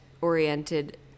oriented